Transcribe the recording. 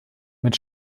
mit